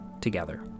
together